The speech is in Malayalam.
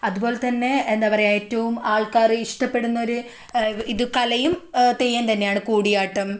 അതുപോലെ തന്നെ എന്താ പറയുക ഏറ്റവും ആൾക്കാർ ഇഷ്ടപ്പെടുന്ന ഒരു ഇത് കലയും തെയ്യം തന്നെയാണ് കൂടിയാട്ടം